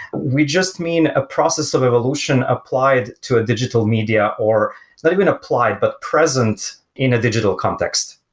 we just mean a process of evolution applied to a digital media, or not even applied, but present in a digital context.